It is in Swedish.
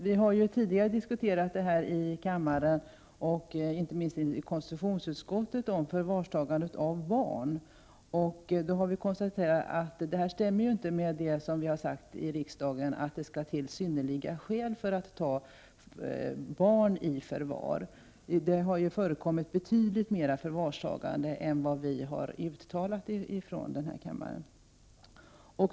Vi har ju tidigare i kammaren och inte minst i konstitutionsutskottet diskuterat förvarstagandet av barn. Då har vi konstaterat att det som händer i praktiken inte stämmer med det som vi har sagt i riksdagen, nämligen att det måste föreligga synnerliga skäl för att ta barn i förvar. Det har förekommit förvarstagande i betydligt större utsträckning än vad vi har avsett i våra uttalanden här i kammaren.